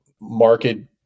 market